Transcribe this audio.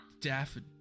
Daffodil